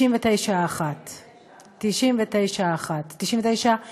99% 1%. כלומר,